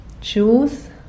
choose